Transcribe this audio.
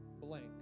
blank